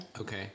Okay